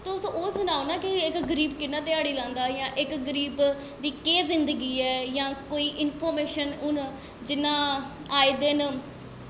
तुस ओह् सनाओ ना इक गरीब कि'यां ध्याड़ी लांदा जां इक गरीब दी केह् जिन्दगी ऐ जां कोई इंफर्मेशन जि'यां आए दिन